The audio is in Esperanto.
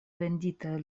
venditaj